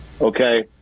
Okay